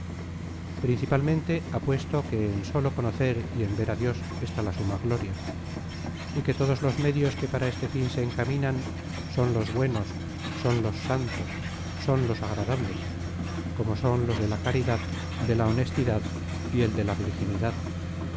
principalmente ha puesto que en sólo conocer y ver á dios está la suma gloria y todos los medios que para este fin se encaminan son los buenos son los santos son los agradables como son los de la caridad de la honestidad y el de la virginidad